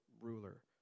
ruler